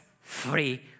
free